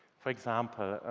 for example,